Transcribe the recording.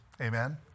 Amen